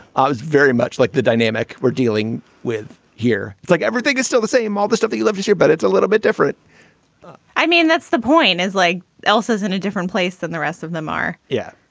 i was very much like the dynamic we're dealing with here. it's like everything is still the same, all the stuff that you love to hear, but it's a little bit different i mean, that's the point is like is in a different place than the rest of them are. yeah,